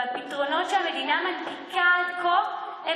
והפתרונות שהמדינה הציעה עד כה הם